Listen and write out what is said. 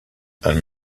and